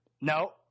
No